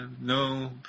No